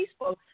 Facebook